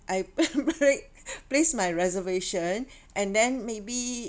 I pla~ place my reservation and then maybe